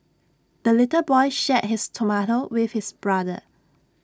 the little boy shared his tomato with his brother